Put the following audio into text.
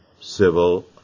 civil